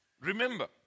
Remember